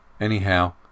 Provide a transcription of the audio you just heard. Anyhow